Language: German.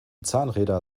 zahnräder